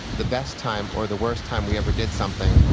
the best time, or the worst time we ever did something,